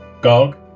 Gog